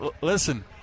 listen